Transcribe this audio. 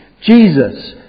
Jesus